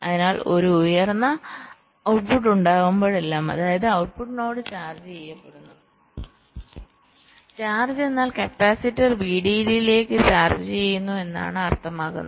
അതിനാൽ ഉയരുന്ന ഔട്ട്പുട്ട് ഉണ്ടാകുമ്പോഴെല്ലാം അതായത് ഔട്ട്പുട്ട് നോഡ് ചാർജ്ജ് ചെയ്യപ്പെടുന്നു ചാർജ് എന്നാൽ കപ്പാസിറ്റർ VDD ലേക്ക് ചാർജ് ചെയ്യുന്നത് എന്നാണ് അർത്ഥമാക്കുന്നത്